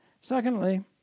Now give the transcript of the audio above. Secondly